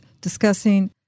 discussing